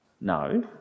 No